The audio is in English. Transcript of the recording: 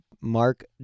Mark